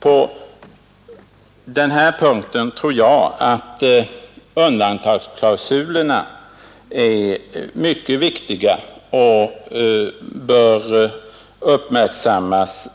På denna punkt tror jag att undantagsklausulerna är mycket viktiga och bör uppmärksammas